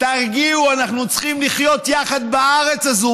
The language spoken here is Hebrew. תרגיעו, אנחנו צריכים לחיות יחד בארץ הזאת.